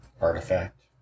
artifact